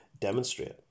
demonstrate